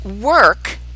work